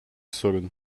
sorun